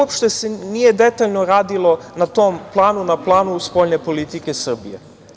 Uopšte se nije detaljno radilo na tom planu, na planu spoljne politike Srbije.